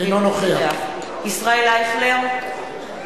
אינו נוכח ישראל אייכלר,